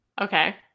Okay